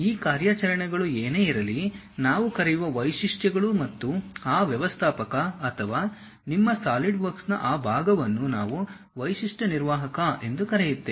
ಈ ಕಾರ್ಯಾಚರಣೆಗಳು ಏನೇ ಇರಲಿ ನಾವು ಕರೆಯುವ ವೈಶಿಷ್ಟ್ಯಗಳು ಮತ್ತು ಆ ವ್ಯವಸ್ಥಾಪಕ ಅಥವಾ ನಿಮ್ಮ ಸಾಲಿಡ್ವರ್ಕ್ನ ಆ ಭಾಗವನ್ನು ನಾವು ವೈಶಿಷ್ಟ್ಯನಿರ್ವಾಹಕ ಎಂದು ಕರೆಯುತ್ತೇವೆ